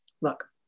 Look